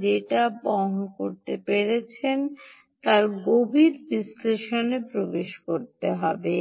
যে ডেটা পেয়েছেন তার গভীর বিশ্লেষণে প্রবেশ করতে হবে